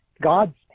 God's